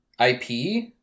IP